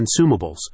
consumables